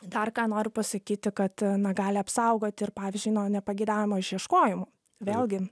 dar ką noriu pasakyti kad na gali apsaugoti ir pavyzdžiui nuo nepageidaujamo išieškojimo vėlgi